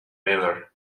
miller